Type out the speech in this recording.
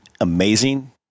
amazing